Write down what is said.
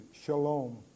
shalom